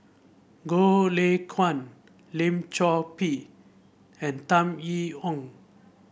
Goh Lay Kuan Lim Chor Pee and Tan Yee Hong